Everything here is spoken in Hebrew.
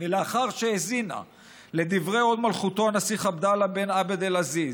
ולאחר שהאזינה לדברי הוד מלכותו הנסיך עבדאללה בן עבד אל-עזיז,